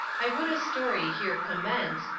i would a story here commence,